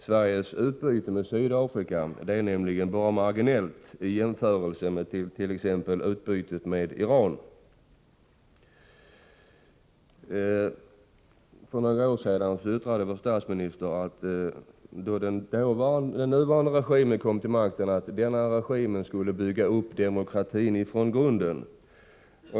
Sveriges utbyte med Sydafrika är nämligen bara marginellt i jämförelse med utbytet med t.ex. Iran. För några år sedan, då den nuvarande regimen kom till makten, uttalade vår statsminister att denna regim skulle bygga upp demokratin från grunden.